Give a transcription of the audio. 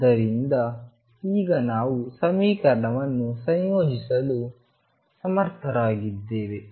ಆದ್ದರಿಂದ ಈಗ ನಾವು ಸಮೀಕರಣವನ್ನು ಸಂಯೋಜಿಸಲು ಸಮರ್ಥರಾಗಿದ್ದೇವೆ